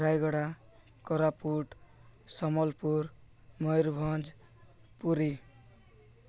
Rayagada Koraput Sambalpur Mayurbhanj Puri